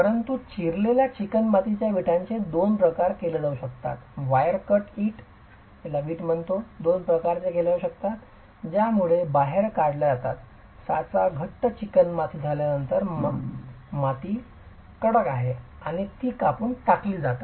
परंतु चिरलेल्या चिकणमातीच्या विटाचे दोन प्रकार केले जाऊ शकतात वायर कट ईंटचे दोन प्रकार केले जाऊ शकतात ज्या मुळात बाहेर काढल्या जातात साचा घट्ट चिकणमाती झाल्यानंतर माती कडक आहे आणि ती कापून टाकली जातात